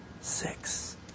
six